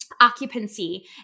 occupancy